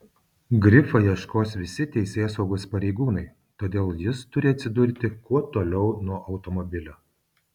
grifo ieškos visi teisėsaugos pareigūnai todėl jis turi atsidurti kuo toliau nuo automobilio